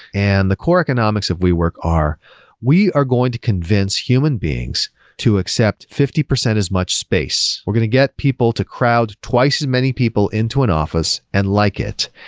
and the core economics of wework are we are going to convince human beings to accept fifty percent as much space. we're going to get people to crowd twice as many people into an office and like it,